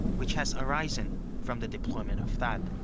which has arisen from the deployment of thaad.